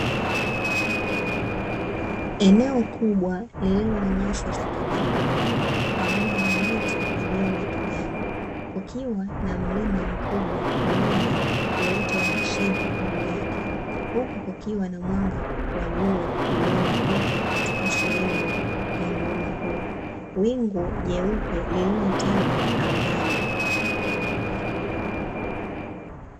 Eneo kubwa lililo na nyasi za kijani pamoja na miti iliyo na kijani kukiwa na mlima mkubwa ulio na uoto wa asili juu yake, huku kukiwa na mwanga wa jua uliomulika katika sehemu ya mlima huo; wingu jeupe lililotanda angani.